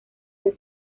del